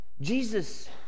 Jesus